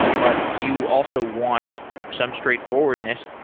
but you also want some straightforwardness.